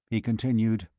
he continued.